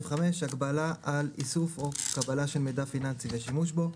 הגבלות על איסוף או קבלה של מידע פיננסי ושימוש בו.